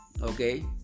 Okay